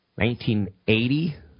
1980